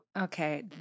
Okay